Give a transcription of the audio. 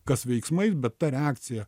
kas veiksmais bet ta reakcija